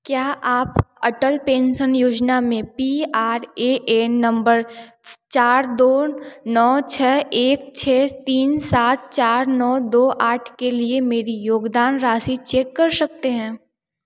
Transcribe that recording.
क्या आप अटल पेंशन योजना में P R A N number चार दो नौ छः एक छः तीन सात चार नौ दो आठ के लिए मेरी योगदान राशि चेक कर सकते हैं